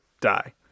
die